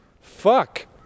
Fuck